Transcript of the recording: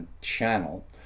channel